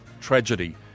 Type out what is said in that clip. tragedy